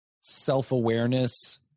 self-awareness